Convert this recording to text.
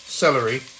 celery